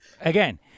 Again